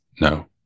no